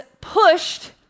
pushed